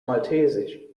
maltesisch